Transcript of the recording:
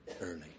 early